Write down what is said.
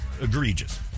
egregious